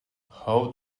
how